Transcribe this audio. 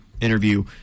interview